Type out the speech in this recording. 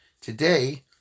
Today